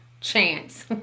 chance